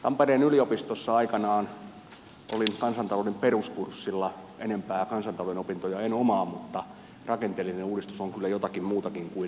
tampereen yliopistossa aikanaan olin kansantalouden peruskurssilla enempää kansantalouden opintoja en omaa mutta rakenteellinen uudistus on kyllä jotakin muutakin kuin nuorisotakuu